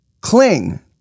cling